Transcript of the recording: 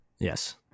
yes